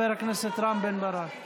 חבר הכנסת רם בן ברק.